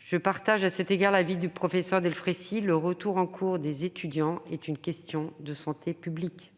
je partage l'avis du professeur Delfraissy : le retour en cours des étudiants est une question de santé publique.